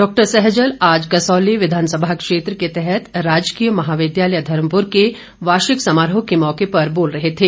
doctor Saizal आज कसौली विधानसभा क्षेत्र के तहत राजकीय महाविद्यालय धर्मपुर के वार्षिक समारोह के मौके पर बोल रहे थे